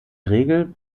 regel